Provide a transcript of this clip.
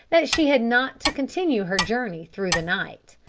that she had not to continue her journey through the night.